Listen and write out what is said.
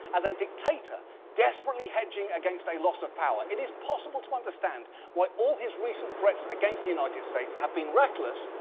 as a dictator desperately hedging against a loss of power, it is possible to understand why all his recent threats against the united states, have been reckless,